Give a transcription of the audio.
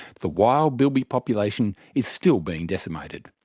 the wild bilby population is still being decimated.